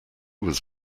was